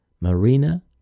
Marina